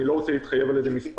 אני לא רוצה להתחייב על איזה מס'